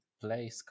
play